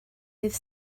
dydd